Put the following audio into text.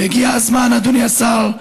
והגיע הזמן, אדוני השר,